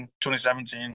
2017